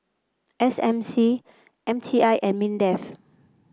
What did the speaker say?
S M C M T I and Mindef